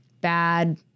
bad